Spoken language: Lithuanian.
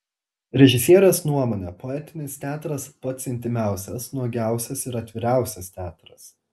režisierės nuomone poetinis teatras pats intymiausias nuogiausias ir atviriausias teatras